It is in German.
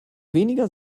weniger